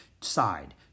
side